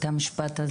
את המשפט הזה?